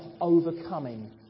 overcoming